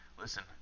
listen